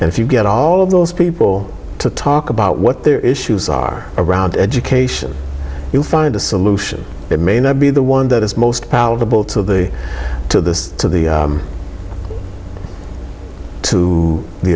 if you get all of those people to talk about what their issues are around education you'll find a solution that may not be the one that is most palatable to the to the to the to the